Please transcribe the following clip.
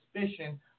suspicion